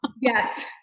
Yes